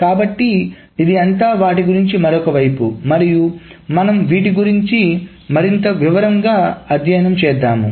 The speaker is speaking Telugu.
కాబట్టి ఇది అంతా వాటి గురించి మరొకవైపు మరియు మనం వీటి గురించి మరింత వివరంగా అధ్యయనం చేద్దాము